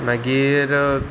मागीर